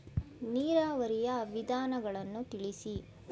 ನೀರಾವರಿಯ ವಿಧಾನಗಳನ್ನು ತಿಳಿಸಿ?